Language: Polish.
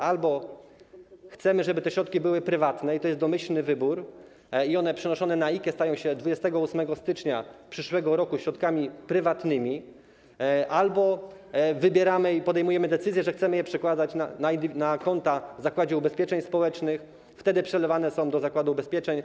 Albo chcemy, żeby te środki były prywatne - to jest domyślny wybór, środki przenoszone na IKE stają się 28 stycznia przyszłego roku środkami prywatnymi - albo wybieramy inaczej i podejmujemy decyzję, że chcemy te środki przekładać na konta w Zakładzie Ubezpieczeń Społecznych, wtedy przelewane są one do zakładu ubezpieczeń.